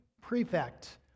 prefect